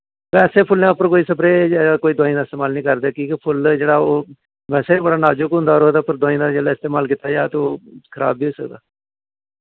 बैसे फुल्लें दे उप्पर कोई स्प्रेऽ दोआइयें दा इस्तेमाल नेईं करदे क्यूंकि फुल्ल जेह्ड़ा ओह् बैसे बी बड़ा नाजुक होंदा और ओह्दे उप्पर दोआइयें दा जेल्लै इस्तेमाल कीता जाऽ ते ओह् खराब बी होई सकदा